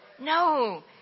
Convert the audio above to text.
No